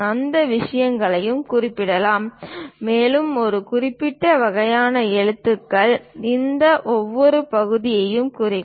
அந்த விஷயங்களையும் குறிப்பிடலாம் மேலும் ஒரு குறிப்பிட்ட வகையான எழுத்துக்கள் இந்த ஒவ்வொரு பகுதியையும் குறிக்கும்